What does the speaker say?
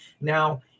now